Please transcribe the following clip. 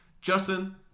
Justin